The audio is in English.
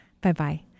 Bye-bye